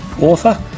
author